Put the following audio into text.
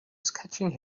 sketching